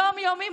יום-יומי,